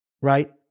Right